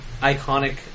iconic